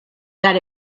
that